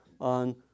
on